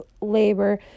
labor